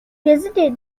visited